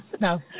No